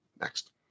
Next